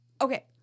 Okay